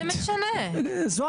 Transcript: זו